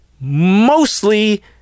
mostly